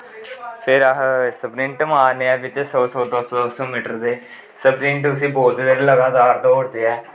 फिर बिच्च अस सपलिंट मारनें ऐं सौ सौ मीटर दे बिच्च सपलिंट उसी बोलदे ऐ लगातार दौड़दे ऐ